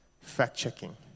Fact-checking